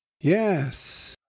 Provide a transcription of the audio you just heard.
yes